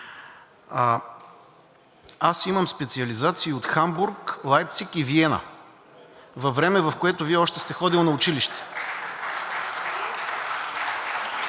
Аз имам специализации от Хамбург, Лайпциг и Виена във време, в което Вие още сте ходили на училище.